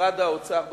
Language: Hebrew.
משרד האוצר בראשותי,